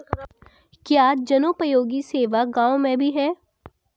क्या जनोपयोगी सेवा गाँव में भी है?